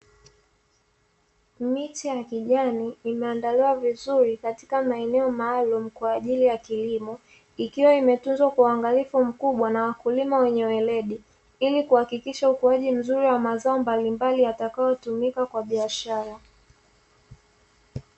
Miche ya kijani imeandaliwa vizuri katika maeneo maalumu kwaajli ya kilimo. Ikiwa imetunzwa kwa uangalifu mkubwa na wakulima wenye weledi, ili kuhakikisha ukuaji mzuri wa mazao mbalimbali yatakayotumika kwa biashara.